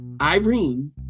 Irene